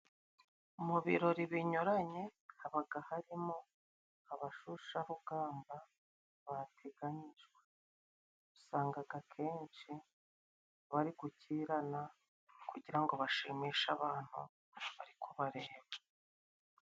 Mu birori binyuranye habaga harimo abashyusharugamba bateganyijwe ,usangaga akenshi barigukirana kugira ngo bashimishe abantu barikubareba.